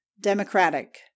Democratic